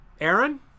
Aaron